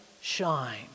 shine